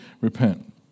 repent